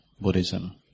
Buddhism